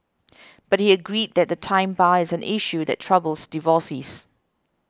but he agreed that the time bar is an issue that troubles divorcees